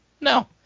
No